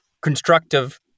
constructive